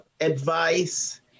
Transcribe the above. advice